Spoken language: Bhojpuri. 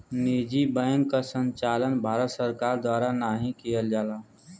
निजी बैंक क संचालन भारत सरकार द्वारा नाहीं किहल जाला